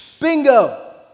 Bingo